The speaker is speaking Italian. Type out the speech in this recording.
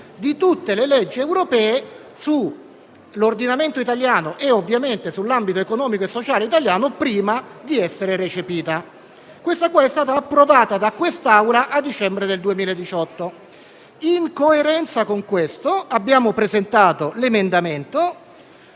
di tutte le leggi europee sull'ordinamento italiano (e ovviamente sull'ambito economico e sociale italiano) prima di recepirle. Questa risoluzione è stata approvata da quest'Assemblea a dicembre 2018. In coerenza con tale testo, abbiamo presentato l'emendamento